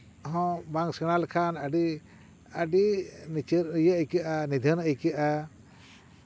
ᱦᱚᱸ ᱵᱟᱝ ᱥᱮᱬᱟ ᱞᱮᱠᱷᱟᱱ ᱟᱹᱰᱤ ᱞᱤᱪᱟᱹᱲ ᱟᱹᱰᱤ ᱤᱭᱟᱹ ᱤᱭᱠᱟᱹᱜᱼᱟ ᱱᱤᱫᱷᱟᱹᱱ ᱟᱹᱭᱠᱟᱹᱜᱼᱟ